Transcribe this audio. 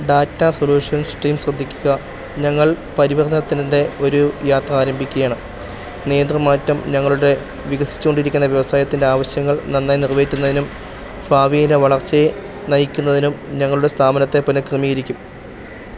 data solutions team ശ്രദ്ധിക്കുക ഞങ്ങൾ പരിവര്ത്തനത്തിൻ്റെ ഒരു യാത്ര ആരംഭിക്കുകയാണ് നേതൃമാറ്റം ഞങ്ങളുടെ വികസിച്ച് കൊണ്ടിരിക്കുന്ന വ്യവസായത്തിൻ്റെ ആവശ്യങ്ങൾ നന്നായി നിറവേറ്റുന്നതിനും ഭാവിയിലെ വളർച്ചയെ നയിക്കുന്നതിനും ഞങ്ങളുടെ സ്ഥാപനത്തെ പുനഃക്രമീകരിക്കും